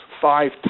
five